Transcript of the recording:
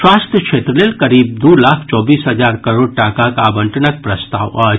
स्वास्थ्य क्षेत्र लेल करीब दू लाख चौबीस हजार करोड़ टाकाक आवंटनक प्रस्ताव अछि